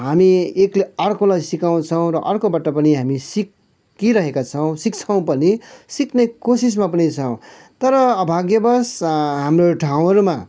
हामी एकले अर्कोलाई सिकाउँछौँ र अर्कोबाट पनि हामी सिकिरहेका छौँ सिक्छौँ पनि सिक्ने कोसिसमा पनि छौँ तर अभाग्यवस हाम्रो ठाउँहरूमा